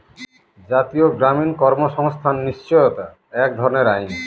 জাতীয় গ্রামীণ কর্মসংস্থান নিশ্চয়তা এক ধরনের আইন